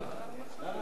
למה סגרת בלעדי?